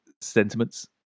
sentiments